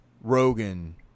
Rogan